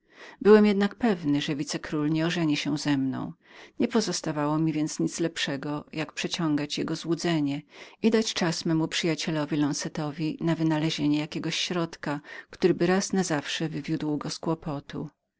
byłem jednak pewny że wicekról nie ożeni się ze mną nie pozostawało mi więc nic lepszego jak przeciągać jego złudzenie i dać czas memu przyjacielowi lonzetowi wynalezienia jakiego środka któryby raz na zawsze wywiódł go z kłopotu